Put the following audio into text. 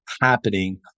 happening